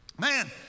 Man